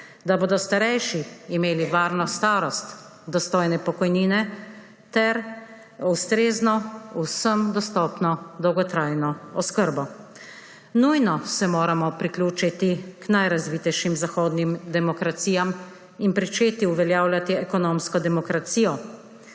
Da bodo starejši imeli varno starost, dostojne pokojnine ter ustrezno, vsem dostopno dolgotrajno oskrbo. Nujno se moramo priključiti k najrazvitejšim zahodnim demokracijam in pričeti uveljavljati ekonomsko demokracijo.